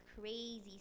crazy